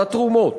על התרומות.